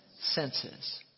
senses